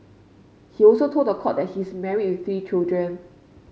he also told the court that he's married with three children